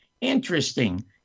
interesting